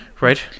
right